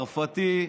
צרפתי ובנט,